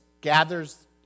gathers